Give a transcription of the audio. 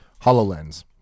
hololens